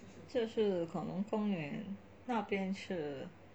这是恐龙公园那边是